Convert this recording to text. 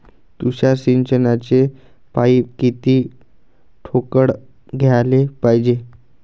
तुषार सिंचनाचे पाइप किती ठोकळ घ्याले पायजे?